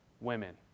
women